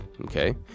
okay